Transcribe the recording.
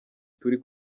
turi